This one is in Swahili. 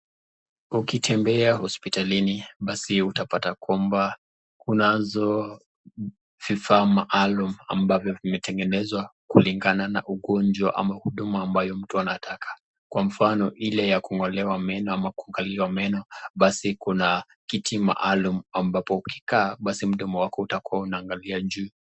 Ukitembea hospitalini basi utapata kwamba kunazo vifaa maalum, ambavyo vimetengenezwa kulingana na ugonjwa ama huduma ambayo mtu anataka. Kwa mfano ile ya kung'olewa meno ama kuangaliwa meno basi kuna kiti maalum ambapo ukikaa mdomo wako utakuwa unaangalia juu.